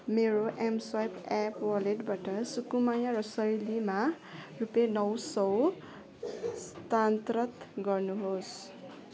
मेरो mSwipe app वालेटबाट सुकुमाया रसाइलीमा रुपियाँ नौ सौ स्थानान्तरण गर्नुहोस्